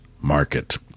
Market